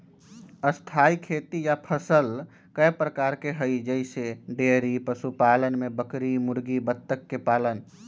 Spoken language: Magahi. स्थाई खेती या फसल कय प्रकार के हई जईसे डेइरी पशुपालन में बकरी मुर्गी बत्तख के पालन